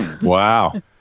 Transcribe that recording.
wow